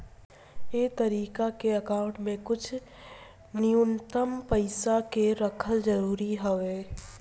ए तरीका के अकाउंट में कुछ न्यूनतम पइसा के रखल जरूरी हवे